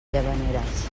llavaneres